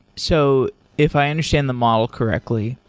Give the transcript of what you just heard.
so if i understand the model correctly,